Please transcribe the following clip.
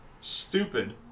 stupid